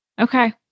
Okay